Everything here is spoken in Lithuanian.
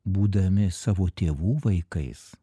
būdami savo tėvų vaikais